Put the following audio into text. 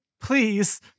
please